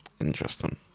Interesting